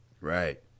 Right